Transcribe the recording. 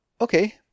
okay